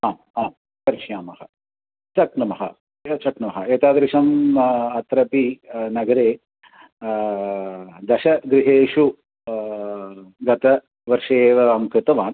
हा हा करिष्यामः शक्नुमः शक्नुमः एतादृशम् अत्रापि नगरे दशगृहेषु गतवर्षे एव अहं कृतवान्